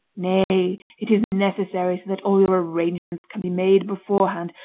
nay, it is necessary so that all your arrangements can be made beforehand,